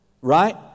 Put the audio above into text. Right